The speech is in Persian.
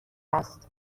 است